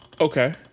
Okay